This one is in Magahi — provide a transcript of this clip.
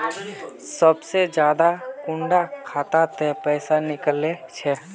सबसे ज्यादा कुंडा खाता त पैसा निकले छे?